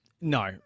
No